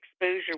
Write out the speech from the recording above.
exposure